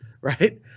right